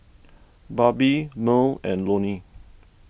Barbie Merl and Loni